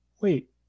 wait